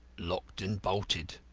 locked and bolted,